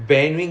ya